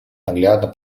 наглядно